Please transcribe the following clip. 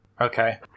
Okay